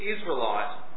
Israelite